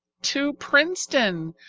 to princeton,